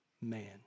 man